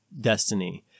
destiny